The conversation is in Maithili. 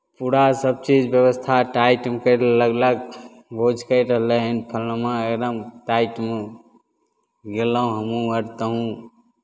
पूरा सभचीज व्यवस्था टाइट करि लगलक भोजके एकदम फल्लनवाँ एकदम टाइटमे गयलहुँ हमहूँ आर तहुँ